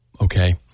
Okay